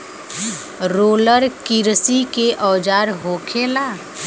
roller किरसी के औजार होखेला